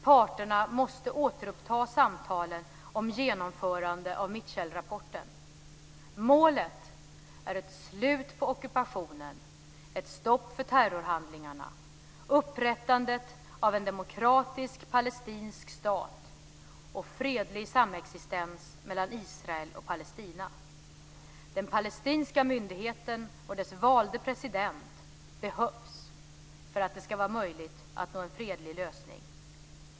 Parterna måste återuppta samtalen om genomförande av Mitchellrapporten. Målet är ett slut på ockupationen, ett stopp för terrorhandlingarna, upprättandet av en demokratisk palestinsk stat och fredlig samexistens mellan Israel och Palestina. Den palestinska myndigheten och dess valde president behövs för att det ska vara möjligt att nå en fredlig lösning.